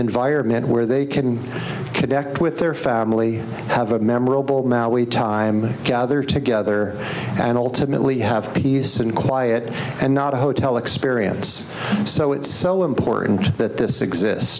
environment where they can connect with their family have a memorable now we gather together and ultimately have peace and quiet and not a hotel experience so it's so important that this